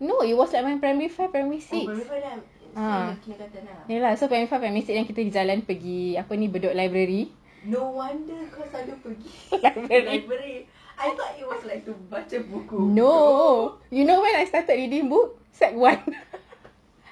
no it was like primary four primary six ya lah ya so primary four primary six yang kita jalan gi apa ni bedok library no you know when I start reading book secondary one